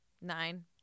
Nine